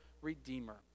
redeemer